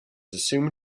assumed